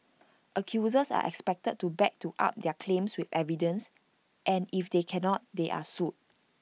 accusers are expected to back to up their claims with evidence and if they cannot they are sued